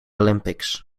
olympics